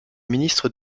ministre